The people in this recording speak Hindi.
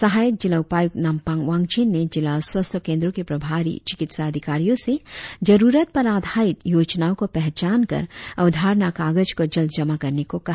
सहायक जिला उपायुक्त नामपांग वांगजेन ने जिला स्वास्थ्य केंद्रों के प्रभारी चिकित्सा अधिकारियों से जरुरत पर आधारित योजनाओं को पहचानकर अवधारणा कागज को जल्द जमा करने को कहा